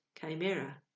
chimera